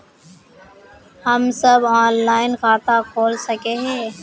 हम सब ऑनलाइन खाता खोल सके है?